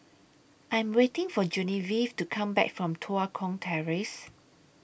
I'm waiting For Genevieve to Come Back from Tua Kong Terrace